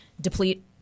deplete